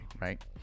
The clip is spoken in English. right